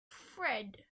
fred